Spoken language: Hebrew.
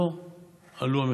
לא עלו המחירים.